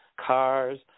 cars